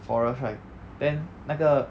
forest right then 那个